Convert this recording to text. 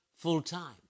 full-time